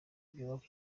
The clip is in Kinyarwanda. byubaka